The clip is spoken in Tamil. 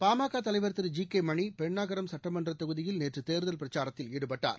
பாமகதலைவர் திரு ஜி கேமணிபெண்ணாகரம் ்சுட்டமன்றதொகுதியில் நேற்றுதேர்தல் பிரச்சாரத்தில் ஈடுபட்டார்